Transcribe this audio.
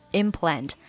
implant